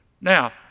Now